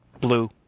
Blue